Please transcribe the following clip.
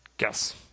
Yes